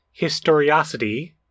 historiosity